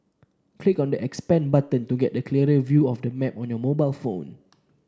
click on the expand button to get a clearer view of the map on your mobile phone